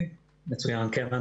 כן.